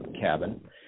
cabin